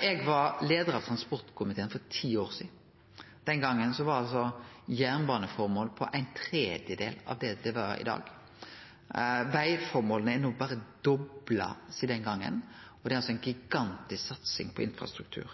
Eg var leiar av transportkomiteen for ti år sidan. Den gongen var løyvingane til jernbaneformål ein tredjedel av det dei er i dag. Vegformåla er dobla sidan den gongen. Det er altså ei gigantisk satsing på infrastruktur.